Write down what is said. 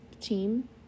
team